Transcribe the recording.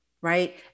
right